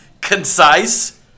Concise